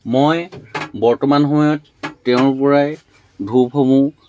মই বৰ্তমান সময়ত তেওঁৰ পৰাই ধূপসমূহ